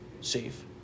safe